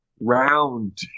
round